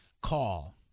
call